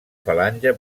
falange